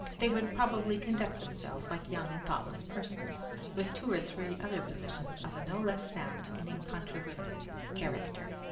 they would probably conduct themselves like young and thoughtless persons with two or three other positions of a no less sound and incontrovertible character.